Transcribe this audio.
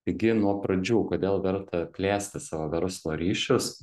taigi nuo pradžių kodėl verta plėsti savo verslo ryšius